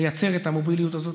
לייצר את המוביליות הזאת,